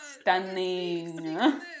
Stunning